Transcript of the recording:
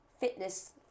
Fitness